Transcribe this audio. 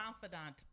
Confidant